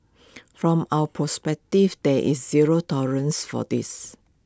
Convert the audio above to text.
from our perspective there is zero tolerance for this